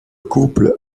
couple